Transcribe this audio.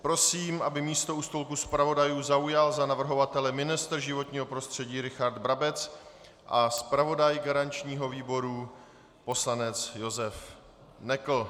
Prosím, aby místo u stolku zpravodajů zaujal za navrhovatele ministr životního prostředí Richard Brabec a zpravodaj garančního výboru poslanec Josef Nekl.